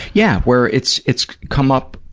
yeah. where it's it's come up,